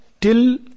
till